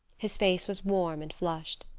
his face was warm and flushed.